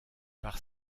par